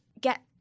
get